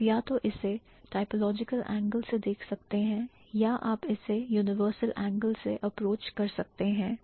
आप या तो इससे typological angle से देख सकते हैं या आप इसे universal angle से अप्रोच कर सकते हैं